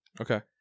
Okay